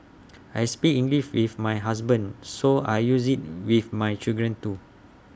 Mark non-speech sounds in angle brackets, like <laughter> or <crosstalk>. <noise> I speak English with my husband so I use IT with my children too